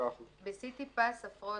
בסיטי פס 12%,